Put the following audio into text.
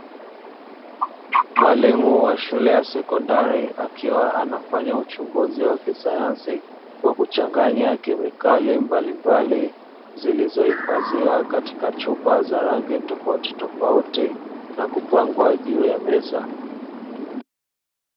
Mwalimu wa shule ya sekondari, akiwa anafanya uchunguzi wa kisayansi kwa kuchanganya kemikali mbalimbali, zilizohifadhiwa katika chupa za rangi tofautitofauti na kupangwa juu ya meza.